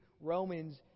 Romans